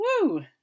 Woo